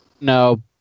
No